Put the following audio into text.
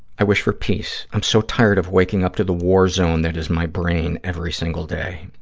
i wish for peace. i'm so tired of waking up to the war zone that is my brain every single day.